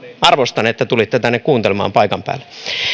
arvostan että tulitte tänne kuuntelemaan paikan päälle